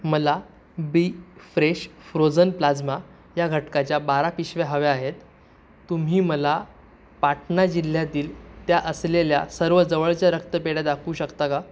मला बी fresh frozen plasma या घटकाच्या बारा पिशव्या हव्या आहेत तुम्ही मला पाटणा जिल्ह्यातील त्या असलेल्या सर्व जवळच्या रक्तपेढ्या दाखवू शकता का